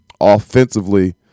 offensively